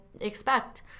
expect